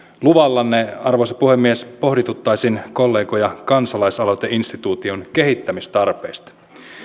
luvallanne arvoisa puhemies pohdituttaisin kollegoja kansalaisaloiteinstituution kehittämistarpeesta